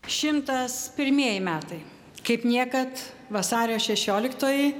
šimtas pirmieji metai kaip niekad vasario šešioliktoji